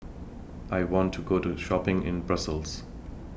I want to Go to Shopping in Brussels